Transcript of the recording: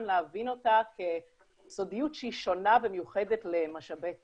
להבין אותה כסודיות שהיא שונה ומיוחדת למשאבי טבע,